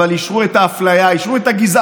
אבל אישרו את האפליה, אישרו את הגזענות,